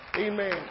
Amen